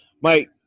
Mike